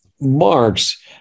Marx